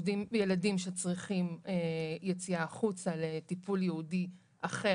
וילדים שצריכים יציאה החוצה לטיפול ייעודי אחר